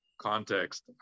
context